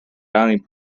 bounty